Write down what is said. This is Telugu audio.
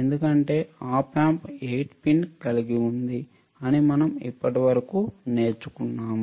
ఎందుకంటే op amp 8 పిన్ను కలిగి ఉంది అని మనం ఇప్పటివరకు నేర్చుకుంటున్నాము